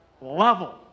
Level